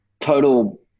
total